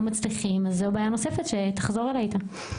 מצליחים אז זו בעיה נוספת שתחזור אלי אתה.